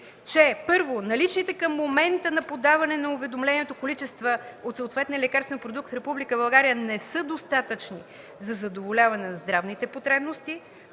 че: Първо, наличните към момента на подаване на уведомлението количества от съответния лекарствен продукт в Република България не са достатъчни за задоволяване на здравните потребности;